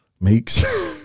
Meeks